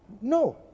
No